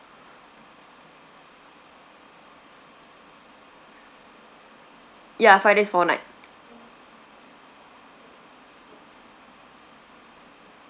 ya five days four night